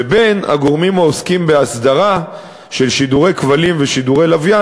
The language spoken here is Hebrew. ובין הגורמים העוסקים באסדרה של שידורי כבלים ושידורי לוויין,